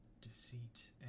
deceit